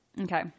okay